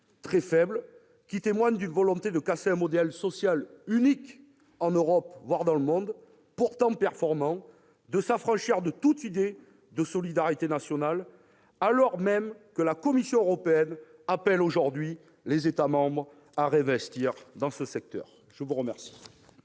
très faibles, qui témoignent d'une volonté de casser un modèle social- unique en Europe, voire dans le monde -pourtant performant, de s'affranchir de toute idée de solidarité nationale, alors que même la Commission européenne appelle les États membres à réinvestir dans ce secteur. La parole